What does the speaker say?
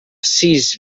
sis